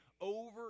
over